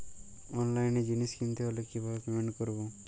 অনলাইনে জিনিস কিনতে হলে কিভাবে পেমেন্ট করবো?